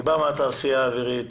אני בא מהתעשייה האווירית.